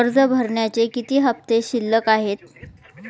कर्ज भरण्याचे किती हफ्ते शिल्लक आहेत?